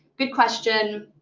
good question.